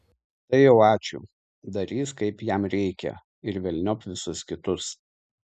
tai jau ačiū darys kaip jam reikia ir velniop visus kitus